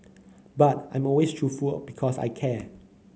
but I'm always truthful because I care